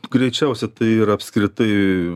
greičiausia tai ir apskritai